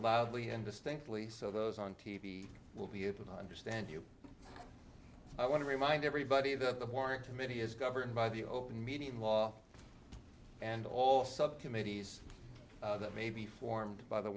loudly and distinctly so those on t v will be able to understand you i want to remind everybody that the war committee is governed by the open meeting law and all subcommittees that may be formed by the